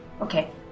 Okay